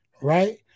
right